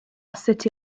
city